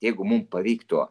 jeigu mum pavyktų